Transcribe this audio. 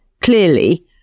clearly